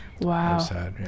wow